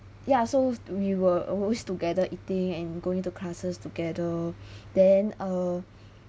ya so we were always together eating and going to classes together then uh